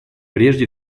прежде